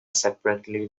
separately